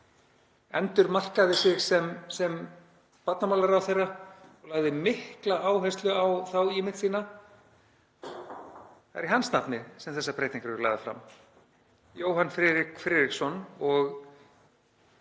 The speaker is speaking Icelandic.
endurmarkaði sig sem barnamálaráðherra og lagði mikla áherslu á þá ímynd sína, það er í hans nafni sem þessar breytingar eru lagðar fram. Jóhann Friðrik